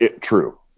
True